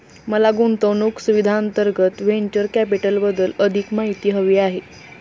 मला गुंतवणूक सुविधांअंतर्गत व्हेंचर कॅपिटलबद्दल अधिक माहिती हवी आहे